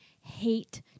hate